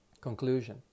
Conclusion